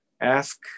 ask